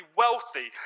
wealthy